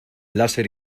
láser